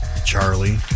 Charlie